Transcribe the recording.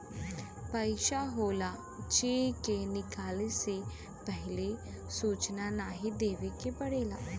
पइसा होला जे के निकाले से पहिले सूचना नाही देवे के पड़ेला